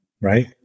right